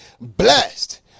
blessed